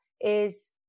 is-